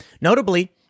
Notably